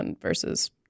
versus